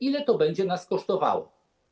Ile to będzie nas kosztowało?